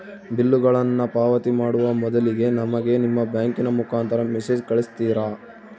ಬಿಲ್ಲುಗಳನ್ನ ಪಾವತಿ ಮಾಡುವ ಮೊದಲಿಗೆ ನಮಗೆ ನಿಮ್ಮ ಬ್ಯಾಂಕಿನ ಮುಖಾಂತರ ಮೆಸೇಜ್ ಕಳಿಸ್ತಿರಾ?